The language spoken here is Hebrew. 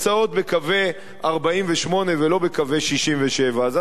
בקווי 48' ולא בקווי 67'. אז אנחנו,